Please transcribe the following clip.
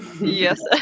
yes